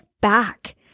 back